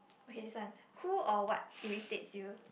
okay this one who or what irritates you